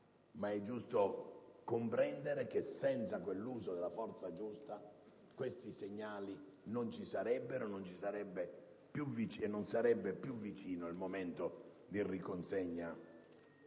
ma è giusto comprendere che, senza l'uso della forza giusta, questi segnali non ci sarebbero, e neanche sarebbe più vicino il momento di riconsegna